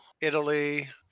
Italy